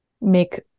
make